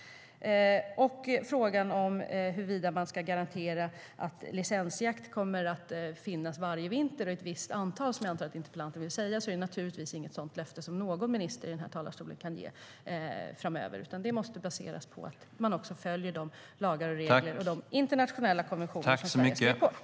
När det gäller frågan huruvida man ska garantera att licensjakt kommer att finnas varje vinter och att det ska gälla ett visst antal, vilket jag antar är det interpellanten vill säga, är det naturligtvis inget löfte någon minister kan ge i den här talarstolen framöver. Det måste i stället baseras på att man följer de lagar, regler och internationella konventioner Sverige har skrivit på.